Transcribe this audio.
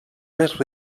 més